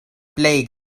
plej